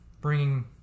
bringing